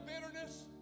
bitterness